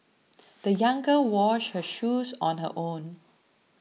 the young girl washed her shoes on her own